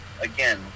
again